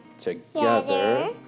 together